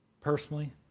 personally